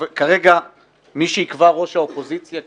כרגע מי שיקבע ראש האופוזיציה כנציג,